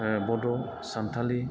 ओ बड' सानथालि